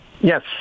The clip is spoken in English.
Yes